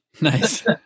nice